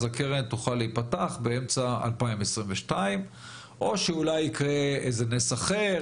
אז הקרן תוכל להיפתח באמצע 2022 או שאולי יקרה איזה נס אחר,